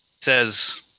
Says